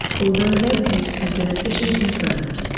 although no case has been officially confirmed.